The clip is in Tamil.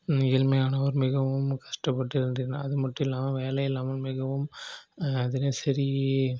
ஏழ்மையானவர் மிகவும் கஷ்டப்பட்டு அது மட்டுல்லாமல் வேலை இல்லாமல் மிகவும் அதிலயும் சரி